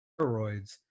steroids